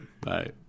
Bye